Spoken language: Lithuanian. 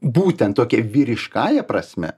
būtent tokia vyriškąja prasme